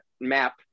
map